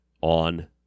on